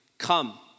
come